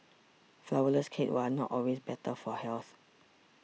Flourless Cakes are not always better for health